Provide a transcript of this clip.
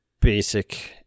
basic